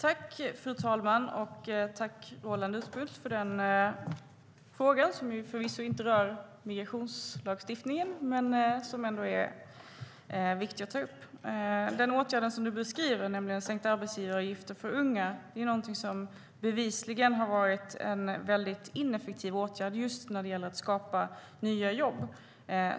Fru talman! Jag tackar Roland Utbult för frågan, som förvisso inte rör migrationslagstiftningen men ändå är viktig att ta upp. Den åtgärd du beskriver, Roland Utbult, nämligen sänkta arbetsgivaravgifter för unga, är någonting som bevisligen har varit en väldigt ineffektiv åtgärd just när det gäller att skapa nya jobb.